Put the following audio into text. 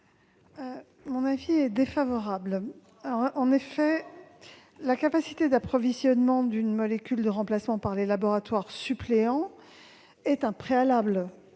l'avis du Gouvernement ? La capacité d'approvisionnement d'une molécule de remplacement par les laboratoires suppléants est un préalable,